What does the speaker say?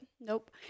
nope